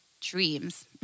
dreams